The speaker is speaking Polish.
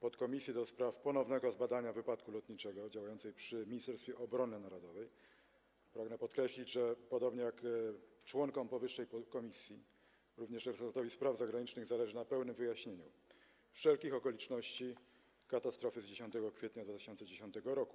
podkomisji ds. ponownego zbadania wypadku lotniczego działającej przy Ministerstwie Obrony Narodowej, pragnę podkreślić, że podobnie jak członkom powyższej komisji, również resortowi spraw zagranicznych zależy na pełnym wyjaśnieniu wszelkich okoliczności katastrofy z 10 kwietnia 2010 r.